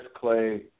Clay